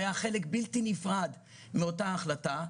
היה חלק בלתי נפרד מאותה החלטה.